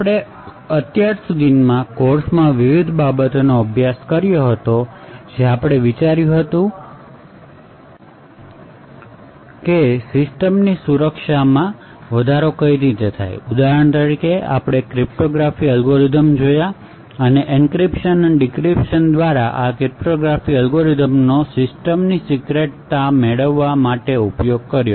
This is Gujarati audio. આપણે અત્યાર સુધી કોર્સમાં વિવિધ બાબતોનો અભ્યાસ કર્યો હતો જે આપણે વિચાર્યું હતું કે સિસ્ટમની સુરક્ષામાં વધારો કરે છે ઉદાહરણ તરીકે આપણે ક્રિપ્ટોગ્રાફિક એલ્ગોરિધમ્સ જોયા અને એન્ક્રિપ્શન અને ડિક્રિપ્શન દ્વારા આ ક્રિપ્ટોગ્રાફિક અલ્ગોરિધમ્સનો સિસ્ટમની સીક્રેટતા મેળવવા માટે ઉપયોગ કર્યો